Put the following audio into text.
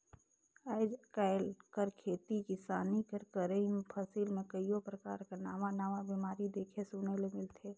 आएज काएल कर खेती किसानी कर करई में फसिल में कइयो परकार कर नावा नावा बेमारी देखे सुने ले मिलथे